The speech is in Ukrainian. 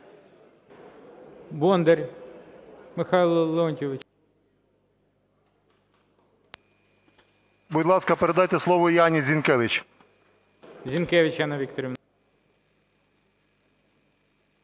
Будь ласка, передайте слово Яні Зінкевич. ГОЛОВУЮЧИЙ. Зінкевич Яна Вікторівна.